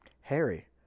Harry